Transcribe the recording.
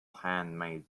handmade